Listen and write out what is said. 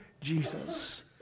Jesus